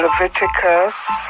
Leviticus